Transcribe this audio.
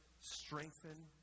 strengthen